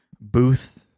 booth